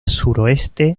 suroeste